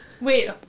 Wait